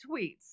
tweets